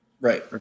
Right